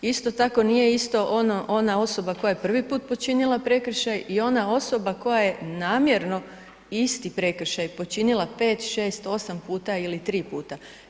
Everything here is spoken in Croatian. Isto tako nije isto ona osoba koja je prvi put počinila prekršaj i ona osoba koja je namjerno isti prekršaj počinila 5, 6, 8 puta ili 3 puta.